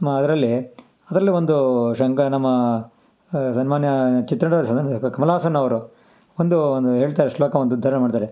ನಮ್ಮ ಅದರಲ್ಲಿ ಅದರಲ್ಲಿ ಒಂದು ಶಂಕರ್ ನಮ್ಮ ಸನ್ಮಾನ್ಯ ಚಿತ್ರ ಕಮಲ ಹಾಸನ್ ಅವರು ಒಂದು ಒಂದು ಹೇಳ್ತಾರೆ ಶ್ಲೋಕ ಒಂದು ಉದ್ಧಾರ ಮಾಡ್ತಾರೆ